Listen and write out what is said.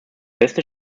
beste